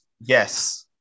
yes